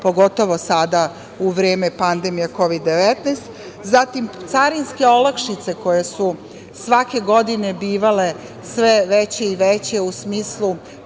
pogotovo sada u vreme pandemije kovid 19.Zatim, carinske olakšice koje su svake godine bivale sve veće i veće u smislu